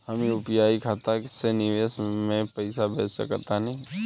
हम यू.पी.आई खाता से विदेश म पइसा भेज सक तानि?